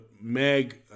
Meg